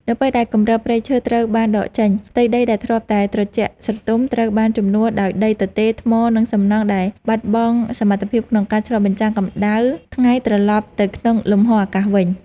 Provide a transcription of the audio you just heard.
នៅពេលដែលគម្របព្រៃឈើត្រូវបានដកចេញ ផ្ទៃដីដែលធ្លាប់តែត្រជាក់ស្រទុំត្រូវបានជំនួសដោយដីទទេរ ថ្ម ឬសំណង់ដែលបាត់បង់សមត្ថភាពក្នុងការឆ្លុះបញ្ចាំងកម្ដៅថ្ងៃត្រឡប់ទៅក្នុងលំហអាកាសវិញ។